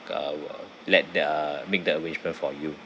let they uh make the arrangement for you